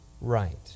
right